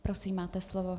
Prosím, máte slovo.